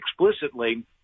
explicitly